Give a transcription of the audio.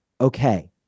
Okay